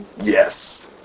Yes